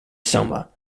soma